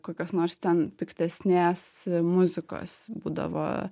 kokios nors ten piktesnės muzikos būdavo